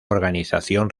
organización